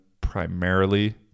primarily